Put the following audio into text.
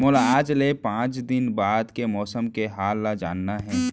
मोला आज ले पाँच दिन बाद के मौसम के हाल ल जानना हे?